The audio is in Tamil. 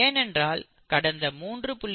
ஏனென்றால் கடந்த 3